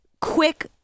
quick